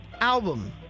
album